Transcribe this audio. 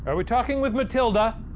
are we talking with matilda?